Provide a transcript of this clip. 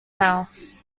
mouth